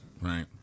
Right